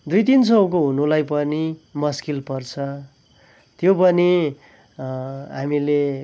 दुई तिन सयको हुनुलाई पनि मुस्किल पर्छ त्यो पनि हामीले